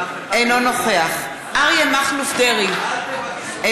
אינו נוכח אריה מכלוף דרעי,